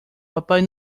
papai